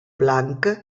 blanc